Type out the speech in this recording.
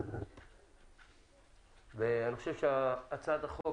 אני חושב שהצעת החוק